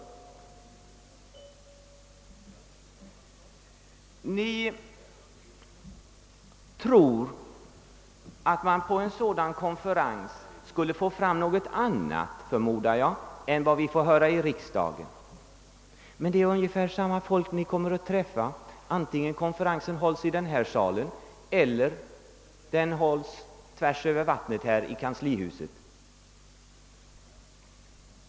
Ni tror, förmodar jag, att man på en sådan konferens skulle få fram något annat än vad vi kan få fram här i riksdagen. Men det är ungefär samma personer ni kommer att få träffa, vare sig konferensen hålles i denna sal eller på andra sidan Strömmen i kanslihuset.